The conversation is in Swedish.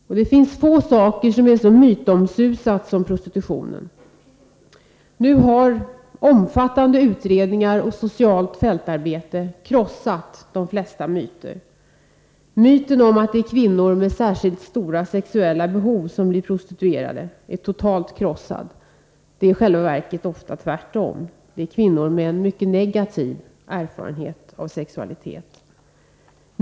Det finns få saker som är så mytomsusade som prostitutionen. Nu har omfattande utredningar och socialt fältarbete krossat de flesta myter. Myten om att det är kvinnor med särskilt stora sexuella behov som blir prostituerade är totalt krossad — det är i själva verket ofta tvärtom; det är kvinnor med en mycket negativ erfarenhet av sexualitet.